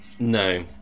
No